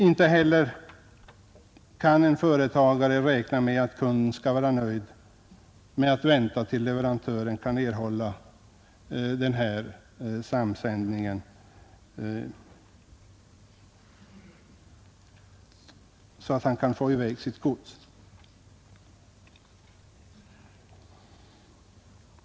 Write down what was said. Inte heller kan en företagare räkna med att kunden skall vara nöjd med att vänta tills leverantören kan utnyttja samsändning, så att han kan få i väg sitt gods.